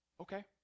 okay